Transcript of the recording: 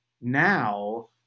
now